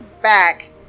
back